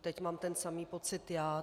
Teď mám ten samý pocit já.